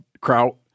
kraut